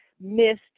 missed